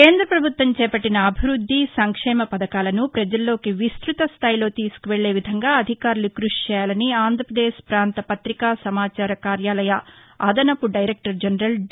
కేంద్ర పభుత్వం చేపట్టిన అభివృద్ది సంక్షేమ పధకాలను పజల్లోకి విస్తృతస్దాయిలో తీసుకువెళ్ళే విధంగా అధికారులు కృషిచేయాలని ఆంధ్రప్రదేశ్ ప్రాంత పత్రికా సమాచార కార్యాలయ అదనపు డైరెక్టర్ జనరల్ డి